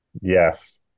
yes